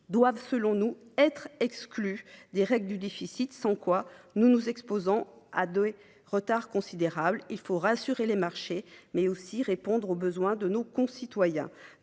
doivent, selon nous, être exclus des règles de déficit, sans quoi nous nous exposons à des retards considérables. Il faut certes rassurer les marchés, mais il faut également répondre aux besoins de nos concitoyens.